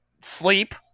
sleep